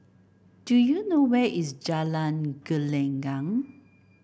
do you know where is Jalan Gelenggang